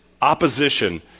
opposition